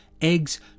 eggs